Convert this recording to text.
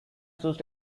choose